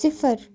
صِفر